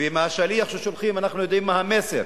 ועם השליח ששולחים אנחנו יודעים מה המסר: